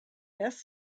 best